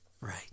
Right